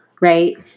right